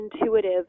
intuitive